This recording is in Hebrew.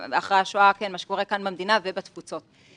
בוקר טוב לכולם, שבוע טוב, חודש טוב, חנוכה שמח.